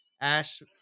ash